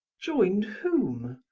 joined whom,